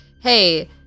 hey